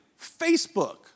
Facebook